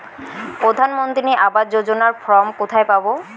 প্রধান মন্ত্রী আবাস যোজনার ফর্ম কোথায় পাব?